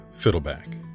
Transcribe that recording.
Fiddleback